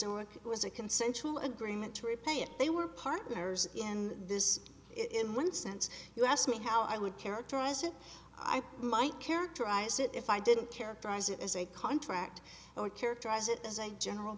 the work was a consensual agreement to repay it they were partners in this it in one sense you asked me how i would characterize it i might characterize it if i didn't characterize it as a contract or characterize it as a general